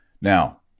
Now